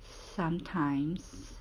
sometimes